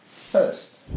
first